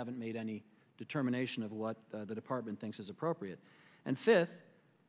haven't made any determination of what the department thinks is appropriate and fit